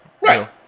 right